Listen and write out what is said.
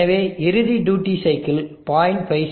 எனவே இறுதி duty cycle 0